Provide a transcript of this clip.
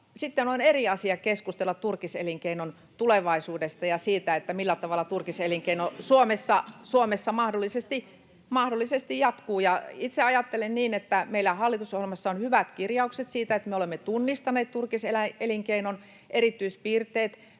on eri asia keskustella turkiselinkeinon tulevaisuudesta ja siitä, millä tavalla turkiselinkeino Suomessa mahdollisesti jatkuu. Itse ajattelen niin, että meillä hallitusohjelmassa on hyvät kirjaukset siitä, että me olemme tunnistaneet turkiselinkeinon erityispiirteet.